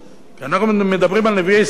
כשאנחנו מדברים על נביאי ישראל אני רוצה